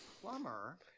plumber